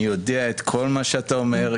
אני יודע את כל מה שאתה אומר,